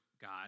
God